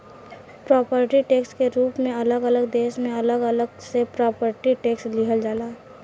property tax के रूप में अलग अलग देश में अलग अलग तरह से प्रॉपर्टी टैक्स लिहल जाला